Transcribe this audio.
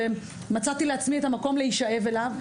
מצאתי לעצמי את המקום להישאב אליו.